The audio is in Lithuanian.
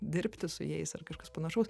dirbti su jais ar kažkas panašaus